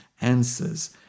answers